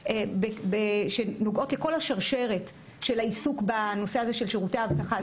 שאלה עבירות שנוגעות לכל השרשרת של העיסוק בנושא הזה של שירותי אבטחה.